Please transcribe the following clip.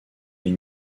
les